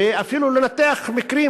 ואפילו לנתח מקרים